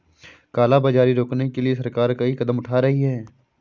काला बाजारी रोकने के लिए सरकार कई कदम उठा रही है